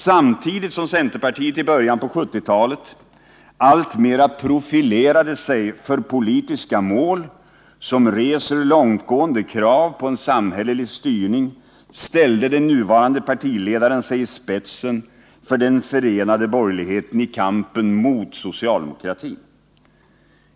Samtidigt som centerpartiet i början av 1970-talet alltmer profilerade sig för politiska mål som reser långtgående krav på en samhällelig styrning ställde den nuvarande partiledaren sig i spetsen för den förenade borgerligheten i kampen mot socialdemokratin.